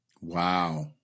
Wow